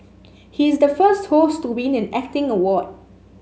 he is the first host to win an acting award